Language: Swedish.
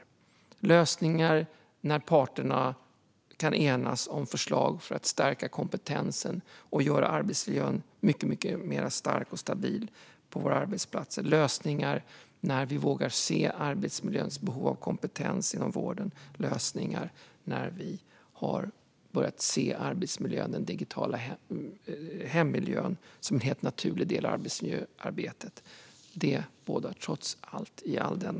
Det handlar om lösningar där parterna kan enas om förslag för att stärka kompetensen och göra arbetsmiljön mycket mer stark och stabil på våra arbetsplatser. Det handlar om lösningar där vi vågar se arbetsmiljöns behov av kompetens inom vården och lösningar där vi har börjat se arbetsmiljön och den digitala hemmiljön som en helt naturlig del av arbetsmiljöarbetet. I all denna sorg och bedrövelse bådar det gott för framtiden.